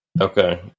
Okay